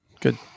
Good